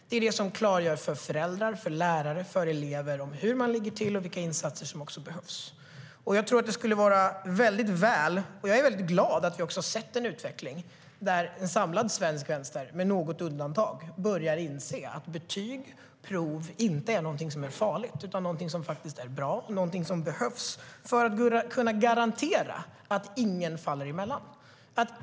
Det är det som klargör för föräldrar, lärare och elever hur eleven ligger till och vilka insatser som behövs. Jag är glad att vi har sett en utveckling där en samlad svensk vänster, med något undantag, börjar inse att betyg och prov inte är någonting farligt utan faktiskt någonting bra och någonting som behövs för att vi ska kunna garantera att ingen faller emellan.